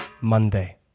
Monday